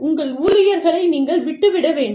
உங்கள் ஊழியர்களை நீங்கள் விட்டுவிட வேண்டும்